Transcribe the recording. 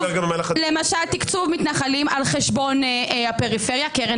תקצוב מתנחלים על חשבון הפריפריה קרן